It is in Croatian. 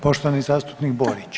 Poštovani zastupnik Borić.